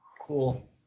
cool